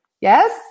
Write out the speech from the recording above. Yes